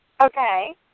Okay